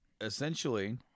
Essentially